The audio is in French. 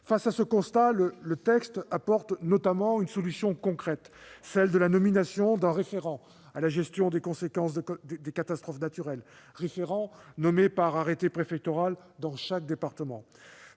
Face à ce constat, le texte apporte notamment une solution concrète : la nomination d'un référent à la gestion des conséquences des catastrophes naturelles, référent nommé par arrêté préfectoral dans chaque département.